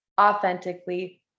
authentically